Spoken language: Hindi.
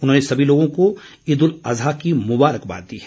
उन्होंने सभी लोगों को ईद उल अज़्हा की मुबारकबाद दी है